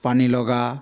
পানী লগা